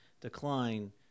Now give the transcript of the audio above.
decline